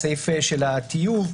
של הטיוב,